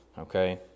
Okay